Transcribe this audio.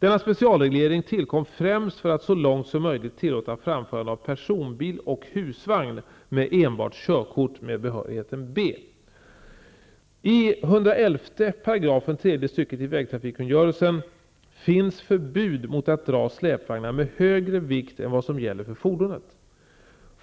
Denna specialreglering tillkom främst för att så långt som möjligt tillåta framförandet av personbil och husvagn med enbart körkort med behörigheten B.